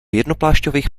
jednoplášťových